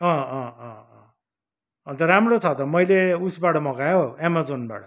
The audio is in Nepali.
अँ अँ अँ अँ अन्त राम्रो छ त मैले उयसबाट मगाएँ हौ एमाजनबाट